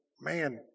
man